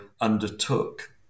undertook